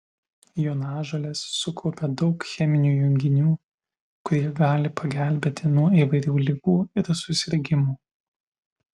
jonažolės sukaupia daug cheminių junginių kurie gali pagelbėti nuo įvairių ligų ir susirgimų